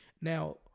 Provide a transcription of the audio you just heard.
now